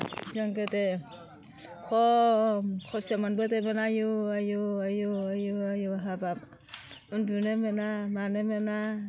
जों गोदो खम खस्थ' मोनबोदोंमोन आयु आयु आयु आयु आयु हाबाब उन्दुनो मोना मानो मोना